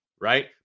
Right